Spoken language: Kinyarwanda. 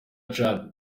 chad